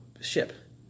ship